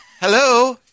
Hello